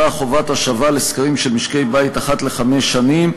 חובת השבה על סקרים של משקי-בית אחת לחמש שנים,